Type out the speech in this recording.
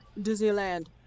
Disneyland